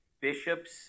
bishops